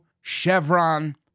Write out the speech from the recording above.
Chevron